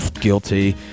guilty